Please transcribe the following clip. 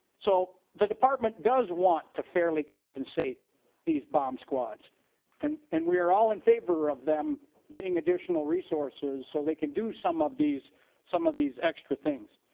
so the department does want to fairly compensate these bomb squads and we are all in favor of them getting additional resources so they can do some of these some of these extra things.